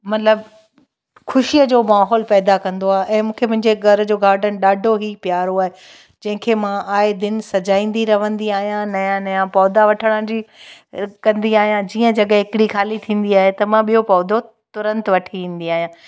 मतिलब खुशीअ जो माहोल पैदा कंदो आहे ऐं मूंखे मुंहिंजे घरु जो गार्डन ॾाढो ई प्यारो आहे जंहिंखे मां आए दिन सजाईन्दी रहंदी आहियां नया नया पौधा वठण जी कंदी आहियां जीअं जॻह हिकिड़ी ख़ाली थींदी आहे त मां ॿियो पौधो तुरंत वठी ईन्दी आहियां